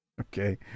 Okay